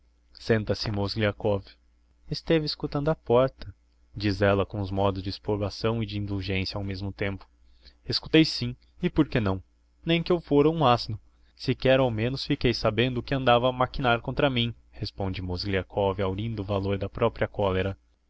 senta-se mozgliakov esteve escutando á porta diz ella com uns modos de exprobação e de indulgencia ao mesmo tempo escutei sim e por que não nem que eu fôra um asno se quer ao menos fiquei sabendo o que andava a maquinar contra mim responde mozgliakov haurindo valôr da propria colera